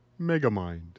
Megamind